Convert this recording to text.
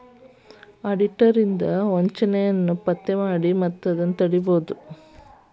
auditor ಇಂದಾ ವಂಚನೆಯನ್ನ ಪತ್ತೆ ಮಾಡಿ ಮತ್ತ ತಡಿಬೊದು